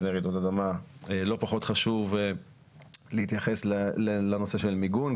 רעידות אדמה לא פחות חשוב להתייחס לנושא של מיגון.